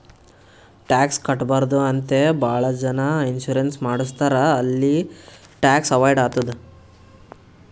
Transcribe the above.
tax ಕಟ್ಬಾರ್ದು ಅಂತೆ ಭಾಳ ಜನ ಇನ್ಸೂರೆನ್ಸ್ ಮಾಡುಸ್ತಾರ್ ಅಲ್ಲಿ ಟ್ಯಾಕ್ಸ್ ಅವೈಡ್ ಆತ್ತುದ್